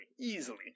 easily